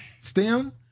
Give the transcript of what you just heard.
STEM